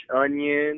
onion